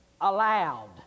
Allowed